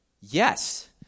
yes